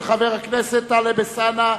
של חבר הכנסת טלב אלסאנע.